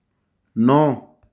नौ